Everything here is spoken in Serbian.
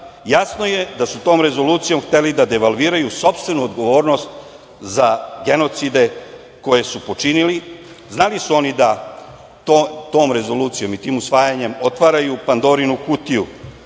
jasno je da su tom Rezolucijom hteli da devalviraju sopstvenu odgovornost za genocide koje su počinili. Znali su oni da tom Rezolucijom i tim usvajanjem otvaraju Pandorinu kutiju,